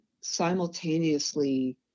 simultaneously